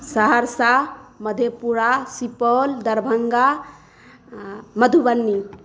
Saharsa Madhepura Supaul Darbhanga Madhubani